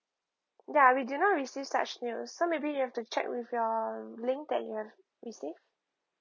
ya we do not receive such news so maybe you have to check with your link that you've received